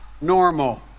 normal